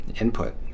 input